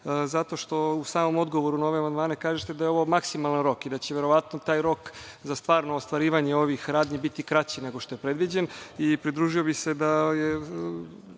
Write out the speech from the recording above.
zato što u samom odgovoru na ove amandmane kažete da je ovo maksimalan rok i da će verovatno taj rok za stvarno ostvarivanje ovih radnji biti kraći nego što je predviđen. Pridružio bih se